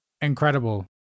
incredible